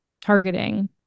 targeting